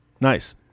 Nice